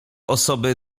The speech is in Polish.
osoby